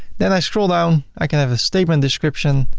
then i scroll down. i can have a statement description,